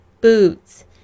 boots